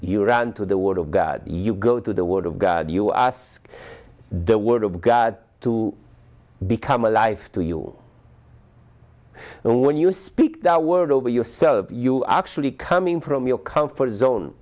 you run to the word of god you go to the word of god you us the word of god to become alive to you and when you speak that word over yourself you are actually coming from your comfort zone